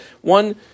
one